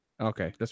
Okay